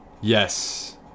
yes